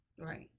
Right